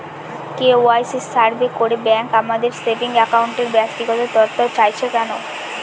KYC survey করে bank আমাদের saving অ্যাকাউন্টের ব্যক্তিগত তথ্য চাইছে কেন?